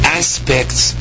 aspects